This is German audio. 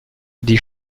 die